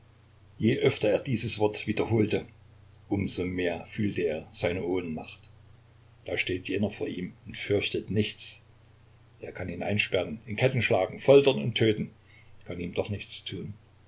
je öfter er dieses wort wiederholte um so mehr fühlte er seine ohnmacht da steht jener vor ihm und fürchtet nichts er kann ihn einsperren in ketten schlagen foltern und töten und kann ihm doch nichts tun